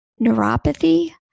neuropathy